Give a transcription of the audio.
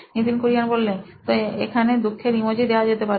Nitin Kurian CEO নোইন electronics তো এখানে দুঃখের ইমোজি দেওয়া যেতে পারে